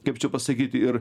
kaip čia pasakyti ir